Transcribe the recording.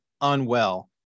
unwell